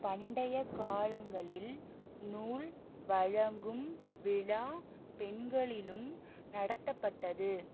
பண்டைய காலங்களில் நூல் வழங்கும் விழா பெண்களிலும் நடத்தப்பட்டது